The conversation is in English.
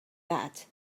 that